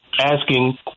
asking